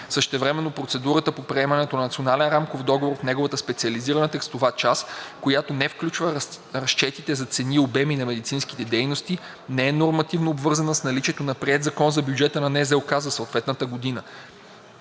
Същевременно, процедурата по приемането на национален рамков договор в неговата специализирана текстова част, която не включва разчетите за цени и обеми на медицинските дейности, не е нормативно обвързана с наличието на приет закон за бюджета на НЗОК за съответната година.